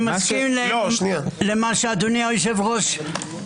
לדברי אדוני היושב-ראש.